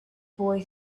boy